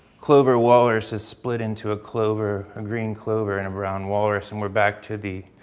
clover walrus is split into a clover, a green clover and brown walrus and we're back to the,